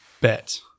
Bet